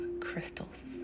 crystals